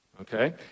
okay